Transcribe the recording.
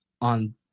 on